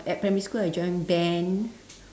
at primary school I join band